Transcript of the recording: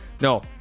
no